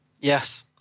Yes